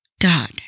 God